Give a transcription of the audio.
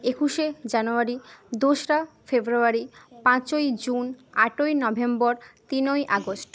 একুশে জানুয়ারি দোসরা ফেব্রুয়ারি পাঁচই জুন আটই নভেম্বর তিনই আগস্ট